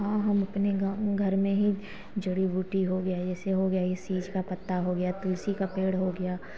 हाँ हम अपने गाँव में घर में ही जड़ी बुटी हो गया ऐसे हो गया इस चीज़ का पत्ता हो गया तुलसी का पेड़ हो गया